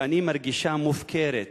ואני מרגישה מופקרת.